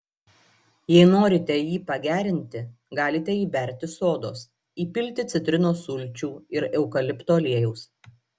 jei norite jį pagerinti galite įberti sodos įpilti citrinos sulčių ir eukalipto aliejaus